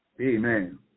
Amen